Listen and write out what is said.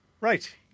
Right